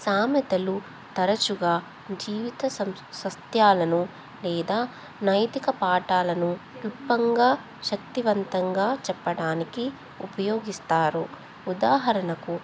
సామెతలు తరచుగా జీవిత సం సత్యాలను లేదా నైతిక పాఠాలను క్లుప్తంగా శక్తివంతంగా చెప్పడానికి ఉపయోగిస్తారు ఉదాహరణకు